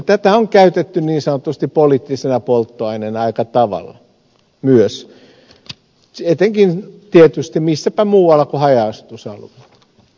tätä on käytetty niin sanotusti poliittisena polttoaineena aika tavalla myös etenkin tietysti missäpä muualla kuin haja asutusalueilla